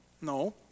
No